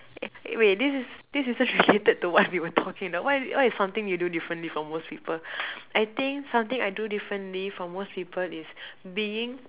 eh wait this is this isn't related what were talking what is what is something you do differently from most people I think something I do differently from most people is being